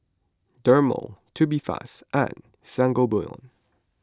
Dermale Tubifast and Sangobion